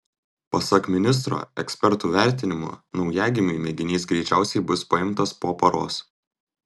pasak ministro ekspertų vertinimu naujagimiui mėginys greičiausiai bus paimtas po paros